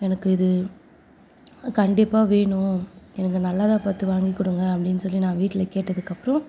எனக்கு இது கண்டிப்பாக வேணும் எனக்கு நல்லதாக பார்த்து வாங்கிக்கொடுங்க அப்படின்னு சொல்லி நான் வீட்டில் கேட்டதுக்கப்புறம்